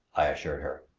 i assured her.